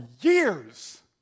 years